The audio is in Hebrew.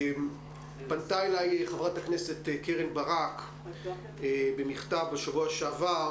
פנתה אלי חברת הכנסת קרן ברק במכתב בשבוע שעבר